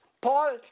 paul